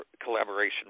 collaboration